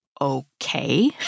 okay